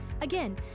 Again